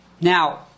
Now